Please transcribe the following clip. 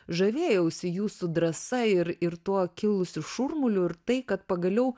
žavėjausi jūsų drąsa ir ir tuo kilusiu šurmuliu ir tai kad pagaliau